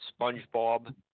Spongebob